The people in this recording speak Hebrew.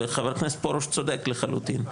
וחבר הכנסת פרוש צודק לחלוטין,